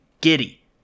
giddy